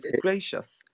gracious